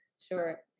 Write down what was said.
sure